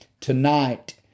tonight